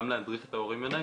גם להדריך את ההורים ודאי,